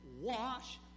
wash